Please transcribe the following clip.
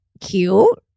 Cute